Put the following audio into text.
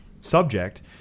subject